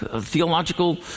theological